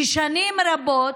ששנים רבות,